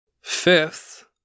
Fifth